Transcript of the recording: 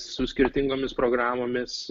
su skirtingomis programomis